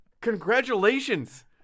Congratulations